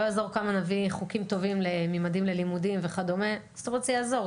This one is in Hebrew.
לא יעזור כמה נביא חוקים טובים לממדים ללימודים וכדומה זה יעזור,